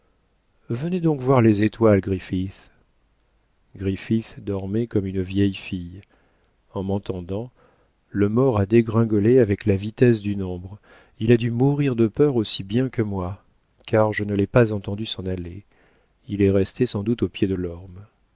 venez donc voir les étoiles griffith griffith dormait comme une vieille fille en m'entendant le maure a dégringolé avec la vitesse d'une ombre il a dû mourir de peur aussi bien que moi car je ne l'ai pas entendu s'en aller il est resté sans doute au pied de